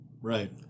Right